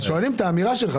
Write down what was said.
שואלים את האמירה שלך.